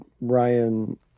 Ryan